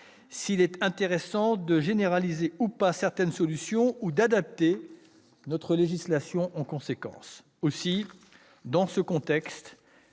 s'il est intéressant ou non de généraliser certaines solutions ou d'adapter notre législation en conséquence. Dans ce contexte,